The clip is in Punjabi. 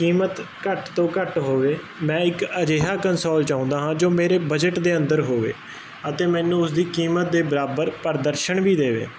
ਕੀਮਤ ਘੱਟ ਤੋਂ ਘੱਟ ਹੋਵੇ ਮੈਂ ਇੱਕ ਅਜਿਹਾ ਕੰਸੋਲ ਚ ਆਉਂਦਾ ਹਾਂ ਜੋ ਮੇਰੇ ਬਜਟ ਦੇ ਅੰਦਰ ਹੋਵੇ ਅਤੇ ਮੈਨੂੰ ਉਸਦੀ ਕੀਮਤ ਦੇ ਬਰਾਬਰ ਪ੍ਰਦਰਸ਼ਨ ਵੀ ਦੇਵੇ